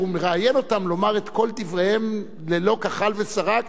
הוא מראיין לומר את כל דבריו ללא כחל ושרק,